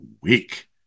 week